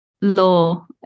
law